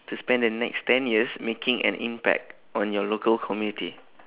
to spend the next ten years making an impact on your local community